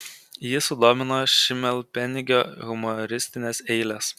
jį sudomino šimelpenigio humoristinės eilės